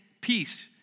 peace